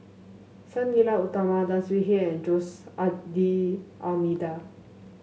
Sang Nila Utama Tan Swie Hian and Jose D'Almeida